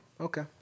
Okay